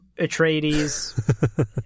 atreides